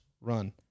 run